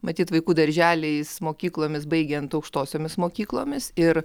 matyt vaikų darželiais mokyklomis baigiant aukštosiomis mokyklomis ir